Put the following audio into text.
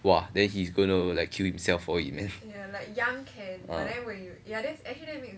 !wah! then he's gonna like kill himself for it man ah